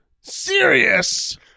serious